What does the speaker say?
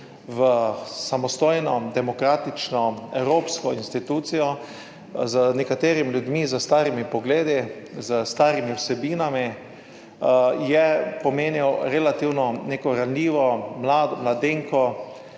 v samostojno demokratično evropsko institucijo z nekaterimi ljudmi s starimi pogledi, s starimi vsebinami je pomenil relativno neko ranljivo mladenko,